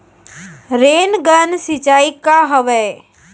Rain gun सिंचाई का हवय?